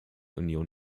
union